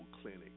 clinic